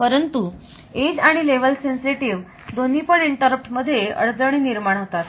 परंतु एज आणि level sensitive दोन्हीपण इंटरप्ट मध्ये अडचणी निर्माण होतात